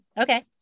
Okay